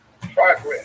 progress